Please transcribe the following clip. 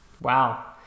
Wow